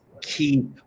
keep